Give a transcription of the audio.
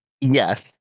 Yes